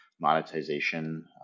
monetization